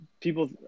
people